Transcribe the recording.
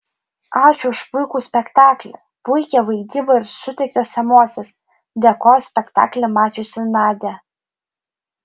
ačiū už puikų spektaklį puikią vaidybą ir suteiktas emocijas dėkojo spektaklį mačiusi nadia